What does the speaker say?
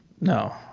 No